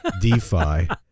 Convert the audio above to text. DeFi